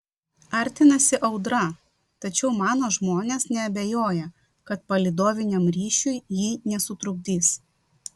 artinasi audra tačiau mano žmonės neabejoja kad palydoviniam ryšiui ji nesutrukdys